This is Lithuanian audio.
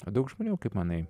o daug žmonių kaip manai